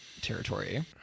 territory